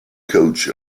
coach